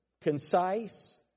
concise